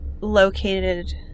located